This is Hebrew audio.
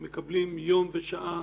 הם מקבלים יום ושעה